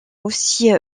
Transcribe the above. aussi